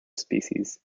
species